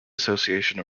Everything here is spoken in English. association